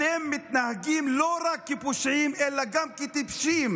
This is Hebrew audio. אתם מתנהגים לא רק כפושעים אלא גם כטיפשים.